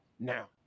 Now